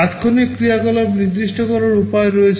তাত্ক্ষণিক ক্রিয়াকলাপ নির্দিষ্ট করার উপায় রয়েছে